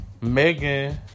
Megan